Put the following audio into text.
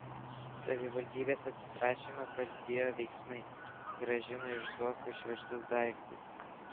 savivaldybės atsiprašymą palydėjo veiksmai grąžino iš zuokų išvežtus daiktus